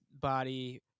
body